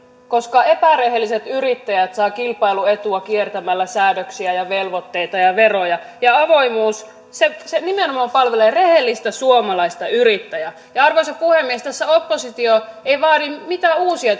koska epärehelliset yrittäjät saavat kilpailuetua kiertämällä säädöksiä ja velvoitteita ja veroja avoimuus nimenomaan palvelee rehellistä suomalaista yrittäjää arvoisa puhemies tässä oppositio ei vaadi mitään uusia